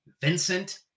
Vincent